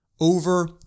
over